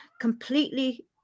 completely